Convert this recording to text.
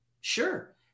Sure